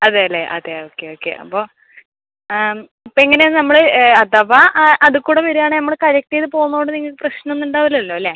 അതെ അല്ലേ അതെ ഓക്കെ ഓക്കെ അപ്പോൾ ആ അപ്പോൾ ഇങ്ങനെ നമ്മൾ അഥവാ ആ അതീ കൂടെ വരുവാണേ നമ്മൾ കളക്ട് ചെയ്ത് പോവുന്നോണ്ട് നിങ്ങൾക്ക് പ്രശ്നം ഒന്നും ഉണ്ടാവൂലല്ലോ അല്ലേ